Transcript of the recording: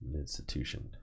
Institution